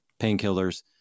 painkillers